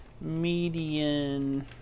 Median